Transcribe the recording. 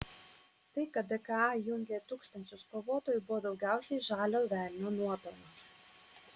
tai kad dka jungė tūkstančius kovotojų buvo daugiausiai žalio velnio nuopelnas